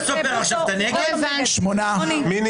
20,941 עד 20,960. מי בעד?